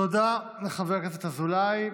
תודה לחבר הכנסת אזולאי.